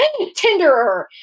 tinderer